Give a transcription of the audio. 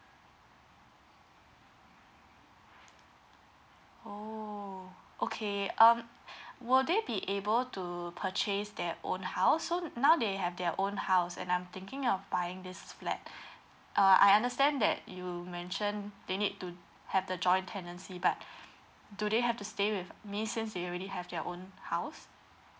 oh okay um will they be able to purchase their own house so now they have their own house and I'm thinking of buying this flat uh I understand that you mentioned they need to have the joint tenancy but do they have to stay with me since they already have their own house